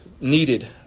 needed